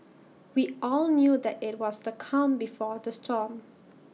we all knew that IT was the calm before the storm